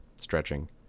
stretching